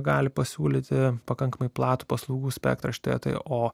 gali pasiūlyti pakankamai platų paslaugų spektrą šitoj vietoj o